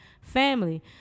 family